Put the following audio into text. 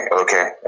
okay